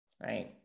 right